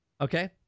okay